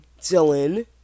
Dylan